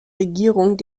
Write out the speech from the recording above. regierung